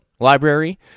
library